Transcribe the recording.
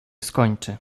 skończy